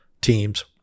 teams